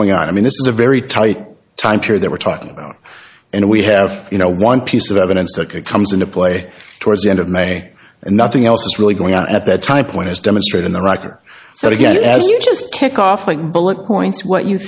going on i mean this is a very tight time period that we're talking about and we have you know one piece of evidence that comes into play towards the end of may and nothing else is really going on at that time point is demonstrate in the record so to get as you just take off like bullet points what you